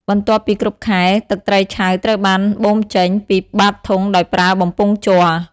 បន្ទាប់ពីគ្រប់ខែ ទឹកត្រីឆៅត្រូវបាន បូមចេញ ពីបាតធុងដោយប្រើបំពង់ជ័រ។